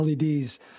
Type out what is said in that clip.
LEDs